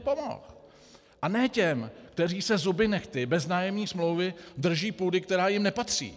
A ne těm, kteří se zuby nehty bez nájemní smlouvy drží půdy, která jim nepatří.